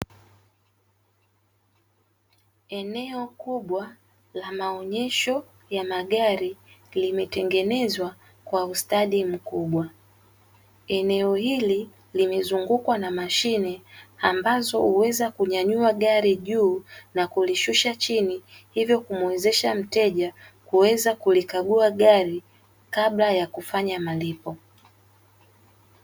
Eneo kubwa la maonyesho ya magari limetengenezwa kwa ustadi mkubwa. Eneo hili limezungukwa na mashine ambazo huweza kunyanyua gari juu na kulishusha chini, hivyo kuongezesha mteja kuweza kulikagua gari kabla ya kufanya malipo.